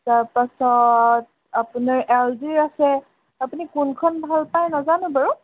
তাৰপাছত আপোনাৰ এল জিৰ আছে আপুনি কোনখন ভাল পায় নাজানো বাৰু